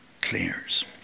clears